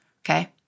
okay